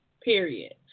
period